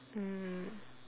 mm